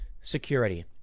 Security